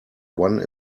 one